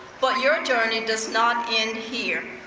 but your journey does not end here.